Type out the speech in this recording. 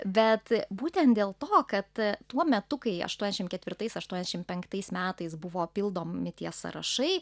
bet būtent dėl to kad tuo metu kai aštuoniasdešim ketvirtais aštuoniasdešim penktais metais buvo pildomi tie sąrašai